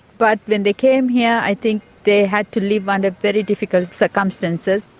but when they came here i think they had to live under very difficult circumstances.